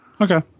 Okay